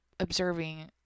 Observing